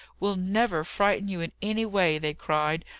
we'll never frighten you in any way! they cried,